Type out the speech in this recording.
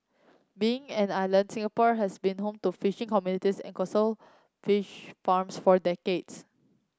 being an island Singapore has been home to fishing communities and coastal fish farms for decades